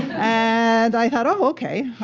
and i thought, oh, ok.